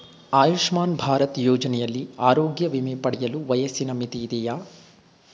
ಆಯುಷ್ಮಾನ್ ಭಾರತ್ ಯೋಜನೆಯಲ್ಲಿ ಆರೋಗ್ಯ ವಿಮೆ ಪಡೆಯಲು ವಯಸ್ಸಿನ ಮಿತಿ ಇದೆಯಾ?